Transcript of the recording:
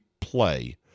play